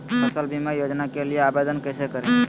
फसल बीमा योजना के लिए आवेदन कैसे करें?